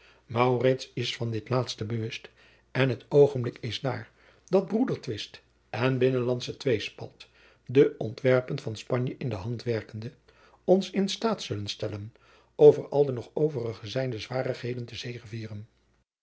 is van dit laatste bewust en het oogenblik is daar dat broedertwist en binnenlandsche tweespalt de ontwerpen van spanje in de hand werkende ons in staat zullen stellen over al de nog overig zijnde zwarigheden te zegevieren